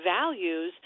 values